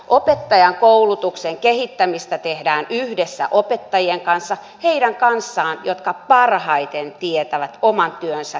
opettajankoulutuksen kehittämistä tehdään yhdessä opettajien kanssa heidän kanssaan jotka parhaiten tietävät oman työnsä kehittämisen pisteet